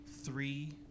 Three